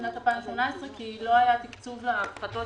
רק עד סוף שנת 2018, כי לא היה תקצוב להפחתות